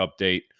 update